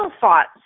thoughts